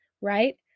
right